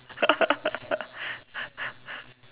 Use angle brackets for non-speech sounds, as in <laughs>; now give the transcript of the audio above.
<laughs>